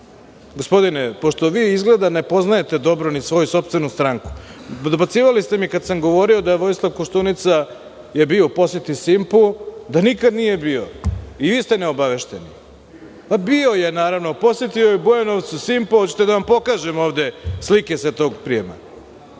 uspeli. Gospodine pošto vi izgleda ne poznajete dobro ni svoju sopstvenu stranku, dobacivali ste mi kad sam govorio da Vojislav Koštunica je bio u poseti „Simpu“ da nikad nije bio. I vi ste neobavešteni. Bio je, naravno, posetio je u Bujanovcu „Simpo“. Hoćete da vam pokažem ovde slike sa tog prijema.